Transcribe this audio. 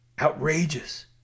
Outrageous